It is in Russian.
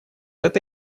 это